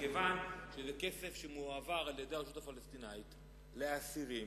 מכיוון שזה כסף שמועבר על-ידי הרשות הפלסטינית לאסירים.